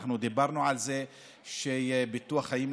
ואנחנו דיברנו על זה שביטוח חיים,